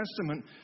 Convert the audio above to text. Testament